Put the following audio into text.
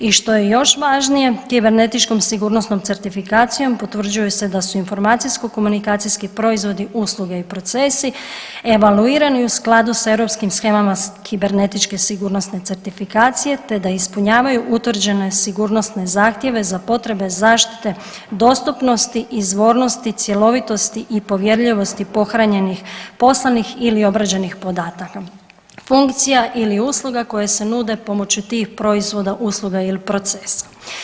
I što je još važnije, kibernetičkom sigurnosnom certifikacijom potvrđuje se da su informacijsko komunikacijski proizvodi, usluge i procesi evaluirani u skladu sa europskim shemama kibernetičke sigurnosne certifikacije, te da ispunjavaju utvrđene sigurnosne zahtjeve za potrebe zaštite dostupnosti, izvornosti, cjelovitosti i povjerljivosti pohranjenih, poslanih ili obrađenih podataka, funkcija ili usluga koje se nude pomoću tih proizvoda, usluga ili procesa.